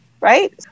right